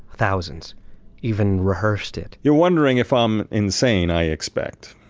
thousands even rehearsed it you're wondering if i'm insane? i expect.